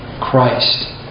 Christ